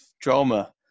drama